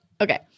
Okay